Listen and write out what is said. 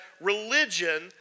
religion